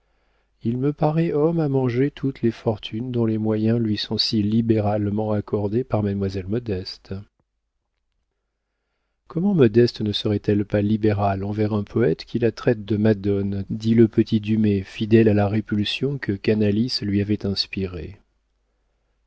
il me paraît homme à manger toutes les fortunes dont les moyens lui sont si libéralement accordés par mademoiselle modeste comment modeste ne serait-elle pas libérale envers un poëte qui la traite de madone dit le petit dumay fidèle à la répulsion que canalis lui avait inspirée